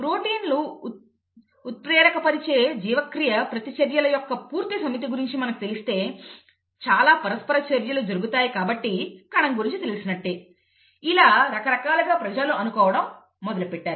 ప్రోటీన్లు ఉత్ప్రేరకపరిచే జీవక్రియ ప్రతిచర్యల యొక్క పూర్తి సమితి గురించి మనకు తెలిస్తే చాలా పరస్పర చర్యలు జరుగుతాయి కాబట్టి కణం గురించి తెలిసినట్టే ఇలా రకరకాలుగా ప్రజలు అనుకోవడం మొదలుపెట్టారు